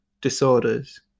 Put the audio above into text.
disorders